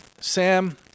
Sam